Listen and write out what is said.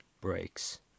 breaks